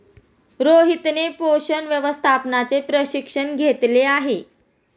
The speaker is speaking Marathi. रोहितने पोषण व्यवस्थापनाचे प्रशिक्षण घेतले आहे